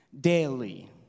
daily